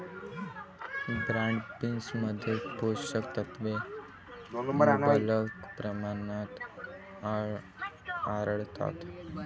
broad बीन्समध्ये पोषक तत्वे मुबलक प्रमाणात आढळतात